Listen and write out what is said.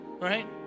right